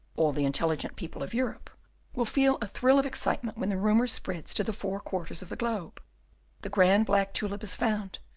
all the intelligent people of europe will feel a thrill of excitement when the rumour spreads to the four quarters of the globe the grand black tulip is found!